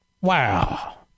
Wow